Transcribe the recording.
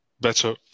better